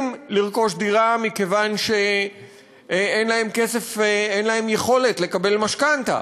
לרכוש דירה מכיוון שאין להם יכולת לקבל משכנתה,